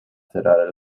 cerrar